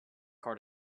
card